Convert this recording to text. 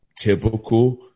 typical